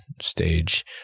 stage